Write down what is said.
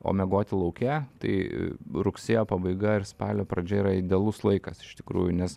o miegoti lauke tai rugsėjo pabaiga ir spalio pradžia yra idealus laikas iš tikrųjų nes